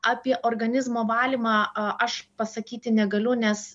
apie organizmo valymą aš pasakyti negaliu nes